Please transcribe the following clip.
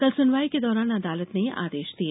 कल सुनवाई के दौरान अदालत ने ये आदेश दिए